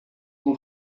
two